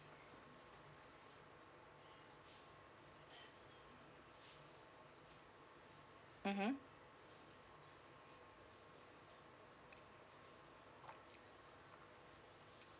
mmhmm